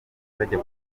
bajya